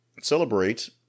celebrate